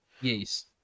Yes